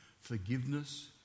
forgiveness